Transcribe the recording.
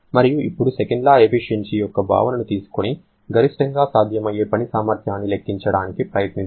మరియు ఇప్పుడు second law efficiency యొక్క భావనను తీసుకుని గరిష్టంగా సాధ్యమయ్యే పని సామర్థ్యాన్ని లెక్కించడానికి ప్రయత్నిద్దాం